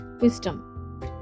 wisdom